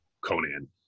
Conan